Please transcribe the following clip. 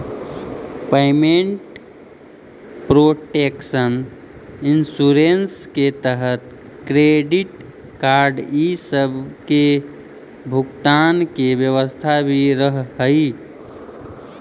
payment protection insurance के तहत credit card इ सब के भुगतान के व्यवस्था भी रहऽ हई